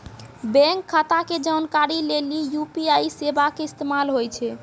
bank खाता के जानकारी लेली यू.पी.आई सेबा के इस्तेमाल होय छै